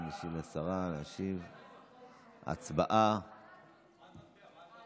ההצעה להעביר